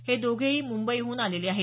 हे दोघेही मुंबईहून आलेले आहेत